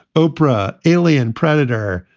oprah, alien, predator,